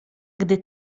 gdy